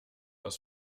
aus